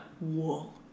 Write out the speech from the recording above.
wool